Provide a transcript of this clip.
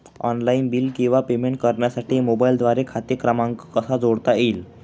Online bill किंवा payment करण्यासाठी मोबाईलद्वारे खाते क्रमांक कसा जोडता येईल?